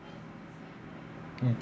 mm